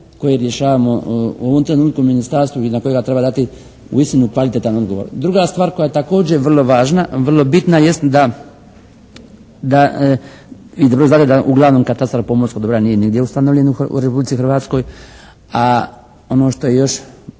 koje rješavamo u ovom trenutku ministarstvo i na kojega treba dati uistinu kvalitetan odgovor. Druga stvar koja je također vrlo važna, vrlo bitna jest da, i druga stvar je da uglavnom katastar pomorskog dobra nije nigdje ustanovljen u Republici Hrvatskoj, a ono što je još